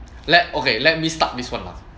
let okay let me start this [one] lah